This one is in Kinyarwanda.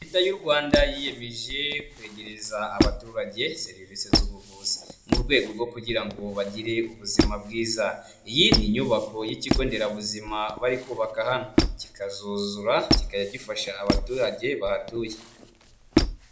Leta y'u Rwanda yiyemeje kwegereza abaturage serivise z' ubuvuzi mu rwego rwo kugira ngo bagire ubuzima bwiza, iyi ni inyubako y'ikigo nderabuzima bari kubaka hano, kikazuzura kikajya gifasha abaturage bahatuye.